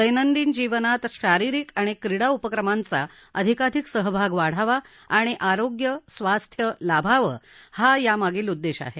दैनंदिन जीवनात शारिरिक आणि क्रीडा उपक्रमांचा अधिकाधिक सहभाग वाढावा आणि आरोग्यस्वास्थ्य लाभावं हा यामागील उद्देश आहे